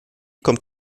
kommt